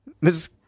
Miss